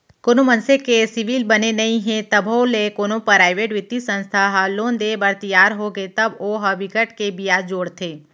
कोनो मनसे के सिविल बने नइ हे तभो ले कोनो पराइवेट बित्तीय संस्था ह लोन देय बर तियार होगे तब ओ ह बिकट के बियाज जोड़थे